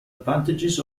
advantages